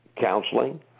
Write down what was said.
counseling